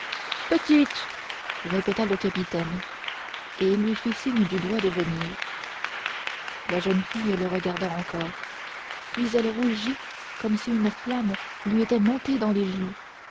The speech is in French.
petite répéta le capitaine et il lui fit signe du doigt de venir la jeune fille le regarda encore puis elle rougit comme si une flamme lui était montée dans les joues